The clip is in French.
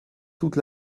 toute